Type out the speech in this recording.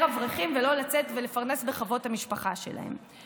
אברכים ולא לצאת ולפרנס בכבוד את המשפחה שלהם.